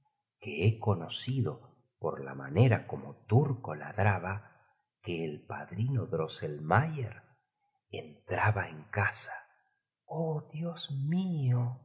que he conocido por la manera como turco ladraba que el padrino drosselmayer entraba en casa oh dios mio